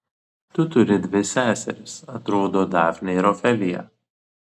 tu turi dvi seseris atrodo dafnę ir ofeliją